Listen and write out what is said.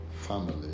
family